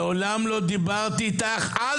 מעולם לא דיברתי איתך, אל